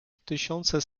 tysiące